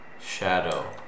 Shadow